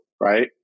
right